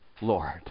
Lord